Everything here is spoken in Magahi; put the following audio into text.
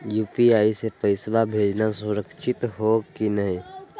यू.पी.आई स पैसवा भेजना सुरक्षित हो की नाहीं?